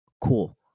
Cool